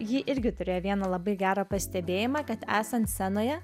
ji irgi turėjo vieną labai gerą pastebėjimą kad esant scenoje